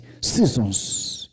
seasons